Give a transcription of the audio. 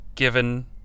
Given